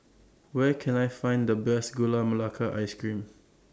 Where Can I Find The Best Gula Melaka Ice Cream